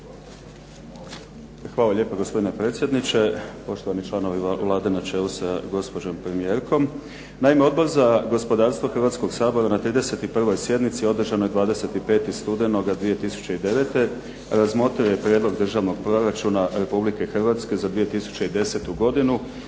Hvala lijepa, gospodine predsjedniče. Poštovani članovi Vlade na čelu sa gospođom premijerkom. Naime, Odbor za gospodarstvo Hrvatskoga sabora na 31. sjednici održanoj 25. studenoga 2009. razmotrio je Prijedlog državnog proračuna Republike Hrvatske za 2010. godinu